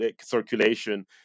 circulation